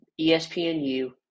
ESPNU